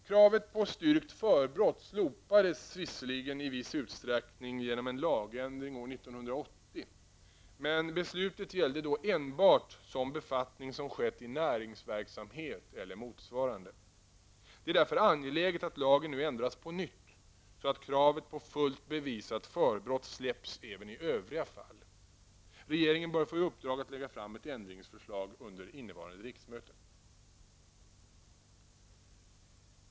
Kravet på styrkt förbrott slopades i viss utsträckning genom en lagändring år 1980. Men beslutet gällde då enbart sådan befattning som skett ''i näringsverksamhet'' eller motsvarande. Det är därför angeläget att lagen nu ändras på nytt, så att kravet på fullt bevisat förbrott släpps även i övriga fall. Regeringen bör få i uppdrag att lägga fram ett ändringsförslag under innevarande riksmöte.